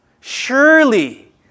Surely